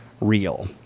real